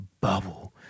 bubble